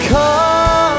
Come